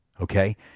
Okay